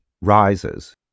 rises